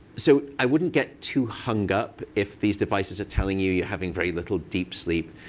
so i wouldn't get too hung up if these devices are telling you you're having very little deep sleep.